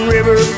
River